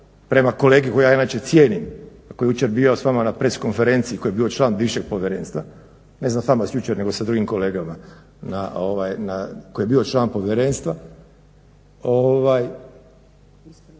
prema kolegi kojega ja inače cijenim, a koji je jučer bio s vama na press konferenciji, koji je bio član bivšeg povjerenstva. Ne s vama jučer nego s drugim kolegama koji je bio član povjerenstva.